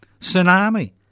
tsunami